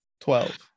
Twelve